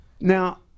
Now